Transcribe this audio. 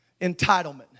Entitlement